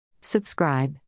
Subscribe